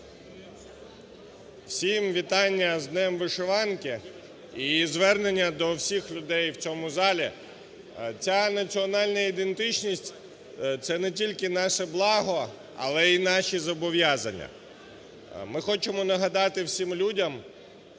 Усім вітання з Днем вишиванки! І звернення до всіх людей у цьому залі. Ця національна ідентичність – це не тільки наше благо, але й наші зобов'язання. Ми хочемо нагадати всім людям,